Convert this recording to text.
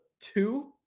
two